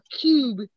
cube